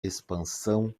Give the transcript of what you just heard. expansão